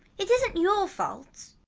it isn't your fault.